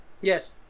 Yes